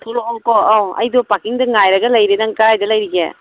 ꯊꯣꯛꯂꯛꯑꯣꯀꯣ ꯑꯧ ꯑꯩꯗꯣ ꯄꯥꯔꯀꯤꯡꯗ ꯉꯥꯏꯔꯒ ꯂꯩꯔꯦ ꯅꯪ ꯀꯥꯏꯗ ꯂꯩꯔꯤꯒꯦ